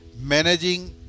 managing